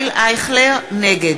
נגד